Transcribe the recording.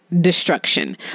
destruction